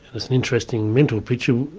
it's an interesting mental picture,